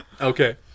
Okay